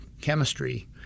chemistry